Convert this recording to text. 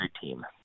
team